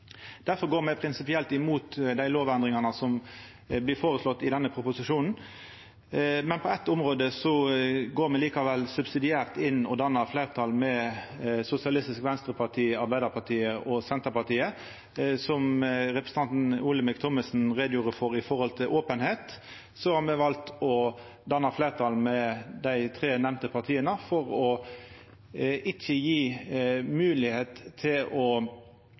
går me prinsipielt imot dei lovendringane som blir føreslåtte i denne proposisjonen. På eitt område går me likevel subsidiært inn og dannar fleirtal med Sosialistisk Venstreparti, Arbeidarpartiet og Senterpartiet. Som representanten Olemic Thommessen gjorde greie for når det gjeld openheit, har me valt å danna fleirtal med dei tre nemnde partia for ikkje å gje moglegheit til å